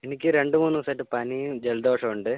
എനിക്ക് രണ്ട് മൂന്ന് ദിവസമായിട്ട് പനിയും ജലദോഷവും ഉണ്ട്